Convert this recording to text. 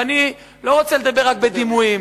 ואני לא רוצה לדבר רק בדימויים,